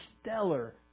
stellar